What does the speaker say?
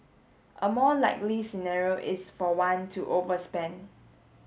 a more likely scenario is for one to overspend